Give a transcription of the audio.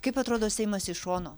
kaip atrodo seimas iš šono